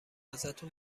ازتون